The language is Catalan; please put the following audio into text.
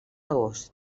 agost